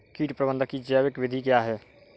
कीट प्रबंधक की जैविक विधि क्या है?